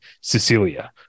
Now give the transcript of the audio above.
cecilia